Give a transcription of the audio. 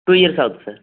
two years ஆகுது sir